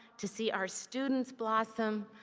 to see our students blossom,